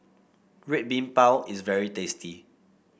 Red Bean Bao is very tasty